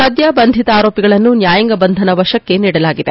ಸಧ್ಯ ಬಂಧಿತ ಆರೋಪಿಗಳನ್ನು ನ್ಯಾಯಾಂಗ ಬಂಧನ ವಶಕ್ಕೆ ನೀಡಲಾಗಿದೆ